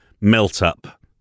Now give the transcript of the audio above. melt-up